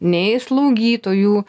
nei slaugytojų